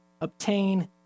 obtain